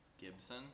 Gibson